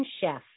chef